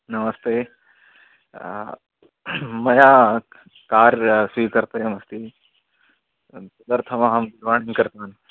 नमस्ते मया कार् स्वीकर्तव्यमस्ति तदर्थम् अहं दूरवाणीं कृतवान्